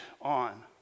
on